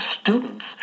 students